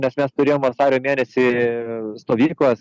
nes mes turėjom vasario mėnesį stovyklas